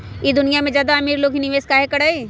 ई दुनिया में ज्यादा अमीर लोग ही निवेस काहे करई?